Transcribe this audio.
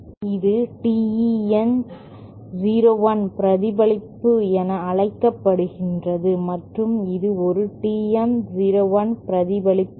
இது TE 01 பிரதிபலிப்பான் என அழைக்கப்படுகிறது மற்றும் இது ஒரு TM 01 பிரதிபலிப்பான்